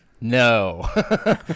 No